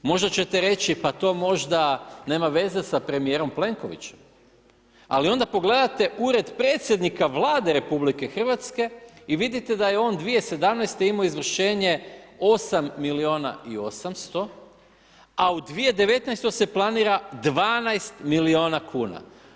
Možda ćete reći pa to možda nema veze s premijerom Plenkovićem, ali onda pogledate Ured predsjednika Vlade RH i vidite da je on 2017. imao izvršenje 8 miliona i 800, a u 2019. se planira 12 miliona kuna.